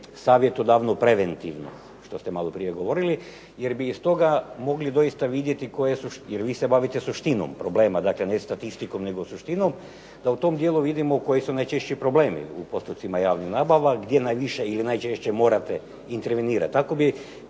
savjetodavno preventivno, ovo što ste maloprije govorili, jer bi iz toga doista mogli vidjeti, jer vi se bavite suštinom, problema, dakle ne statistikom, nego suštinom da u tom pogledu vidimo koji su najčešći problemi u postupcima javnih nabava, gdje najviše ili najčešće morate intervenirati.